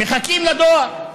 מחכים לדואר,